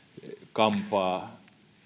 kampaa